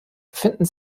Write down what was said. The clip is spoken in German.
finden